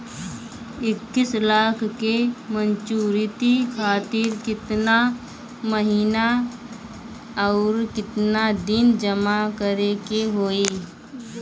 इक्कीस लाख के मचुरिती खातिर केतना के महीना आउरकेतना दिन जमा करे के होई?